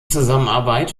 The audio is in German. zusammenarbeit